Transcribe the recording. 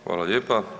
Hvala lijepa.